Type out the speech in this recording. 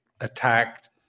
attacked